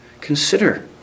Consider